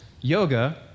yoga